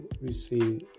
receive